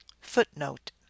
Footnote